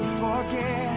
forget